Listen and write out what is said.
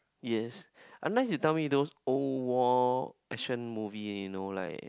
yes unless you tell me those old war action movie you know like